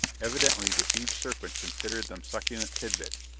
evidently the huge serpent considered them succulent tidbits,